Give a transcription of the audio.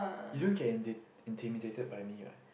you don't get inti~ intimidated by me what